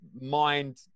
mind